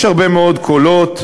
יש הרבה מאוד קולות,